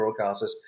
broadcasters